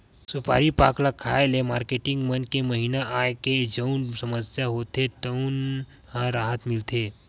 सुपारी पाक ल खाए ले मारकेटिंग मन के महिना आए के जउन समस्या होथे तउन म राहत मिलथे